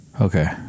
okay